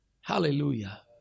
Hallelujah